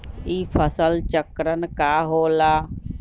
ई फसल चक्रण का होला?